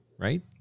Right